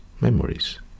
memories